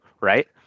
Right